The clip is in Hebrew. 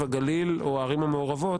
הגליל או הערים המעורבות